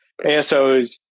ASOs